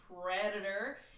predator